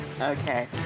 Okay